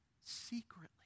secretly